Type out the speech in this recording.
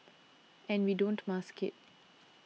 and we don't mask it